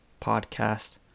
podcast